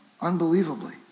unbelievably